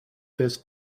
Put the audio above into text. this